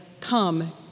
Come